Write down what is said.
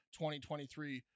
2023